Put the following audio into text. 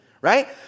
right